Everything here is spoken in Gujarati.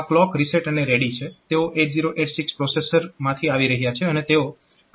તો આ ક્લોક રીસેટ અને રેડી છે તેઓ 8086 પ્રોસેસરમાંથી આવી રહ્યા છે અને તેઓ આ 8087 સાથે પણ જોડાયેલા છે